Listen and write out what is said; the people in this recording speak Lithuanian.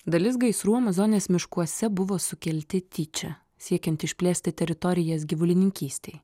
dalis gaisrų amazonės miškuose buvo sukelti tyčia siekiant išplėsti teritorijas gyvulininkystei